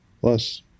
Plus